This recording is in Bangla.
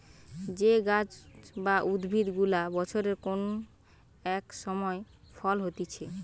যে গাছ বা উদ্ভিদ গুলা বছরের কোন এক সময় ফল হতিছে